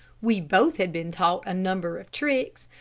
we both had been taught a number of tricks.